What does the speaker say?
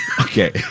Okay